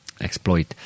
exploit